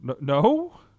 no